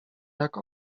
jak